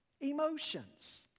Emotions